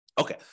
Okay